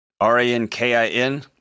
R-A-N-K-I-N